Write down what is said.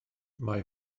mae